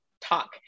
talk